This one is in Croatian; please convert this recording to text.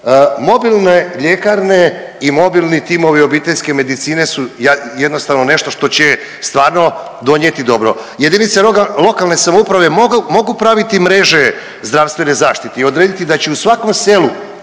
Mobilne ljekarne i mobilni timovi obiteljske medicine su jednostavno nešto što će stvarno donijeti dobro. JLS mogu praviti mogu, mogu praviti mreže zdravstvene zaštite i odrediti da će u svakom selu